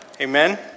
Amen